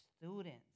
students